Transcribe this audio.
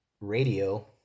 radio